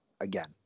again